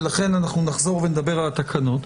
ולכן אנחנו נחזור ונדבר על התקנות,